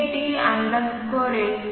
m மற்றும் hat estimate